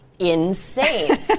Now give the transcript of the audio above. insane